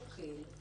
שוקל,